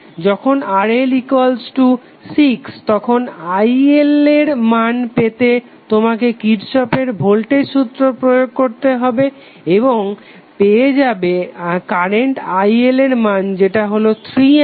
যখন RL6 তখন IL এর মান পেতে তোমাকে কিরর্শফের ভোল্টেজ সূত্র Kirchhoff's voltage law প্রয়োগ করতে হবে এবং পেয়ে যাবে কারেন্ট IL এর মান যেটা হলো 3A